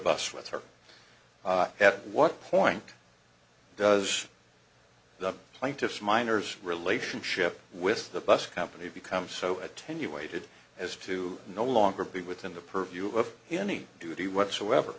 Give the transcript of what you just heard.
bus with her at what point does the plaintiff's minors relationship with the bus company become so attenuated as to no longer be within the purview of any duty whatsoever